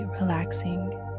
relaxing